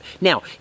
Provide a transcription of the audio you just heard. Now